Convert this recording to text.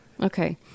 okay